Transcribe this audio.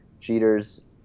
Jeter's